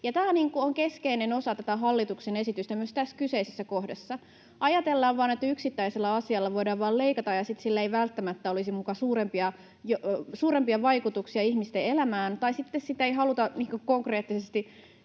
tämä on keskeinen osa tätä hallituksen esitystä myös tässä kyseisessä kohdassa. Ajatellaan, että yksittäisestä asiasta voidaan vain leikata ja sitten sillä ei välttämättä olisi muka suurempia vaikutuksia ihmisten elämään, tai sitten sitä ei haluta kunnolla konkreettisesti